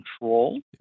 control